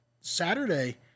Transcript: Saturday